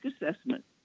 assessment